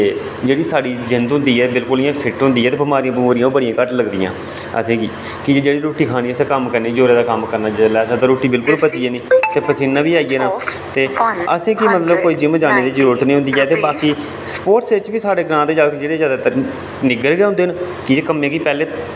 ते जेह्ड़ी साढ़ी जिंद होंदी ऐ बिल्कुल इ'यां फिट होंदी ऐ ते बमारियां बमुरियां ओह् बड़ियां घट्ट लगदियां असेंगी की जेहड़ी रूट्टी खाने असें कम्म करना जोरै दा कम्म करना जेल्लै ते रूट्टी बिल्कुल पची जानी ते पसीना बी आई जाना ते असेंगी मतलब कोई जिम जाने दी जरूरत नी होंदी ऐ ते बाकी स्पोर्ट्स बेच्च बी साहढ़े ग्रां दे जागत जेह्ड़े ज्यादातर निग्गर गै हुन्दे न कि जे कम्में गी पैहले